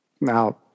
Now